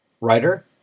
Writer